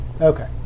Okay